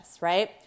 right